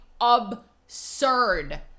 absurd